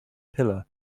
pillar